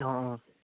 অঁ অঁ